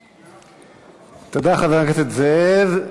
תודה, חבר הכנסת זאב.